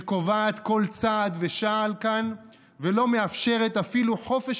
שקובעת על כל צעד ושעל כאן ולא מאפשרת אפילו חופש